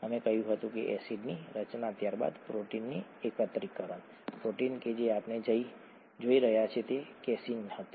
અમે કહ્યું હતું કે એસિડની રચના ત્યારબાદ પ્રોટીન એકત્રીકરણ પ્રોટીન કે જે આપણે જોઈ રહ્યા છીએ તે કેસીન હતું